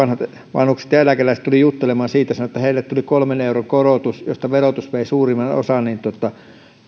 vanhukset ja eläkeläiset tulivat juttelemaan siitä sanoivat että heille tuli kolmen euron korotus josta verotus vei suurimman osan